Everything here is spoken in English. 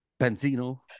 Benzino